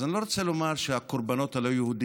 אז אני לא רוצה לומר שהקורבנות הלא-יהודים,